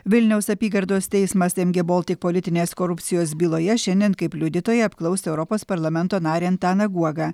vilniaus apygardos teismas mg baltic politinės korupcijos byloje šiandien kaip liudytoją apklaus europos parlamento narį antaną guogą